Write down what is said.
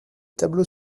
tableau